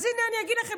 אז הינה אני אגיד לכם,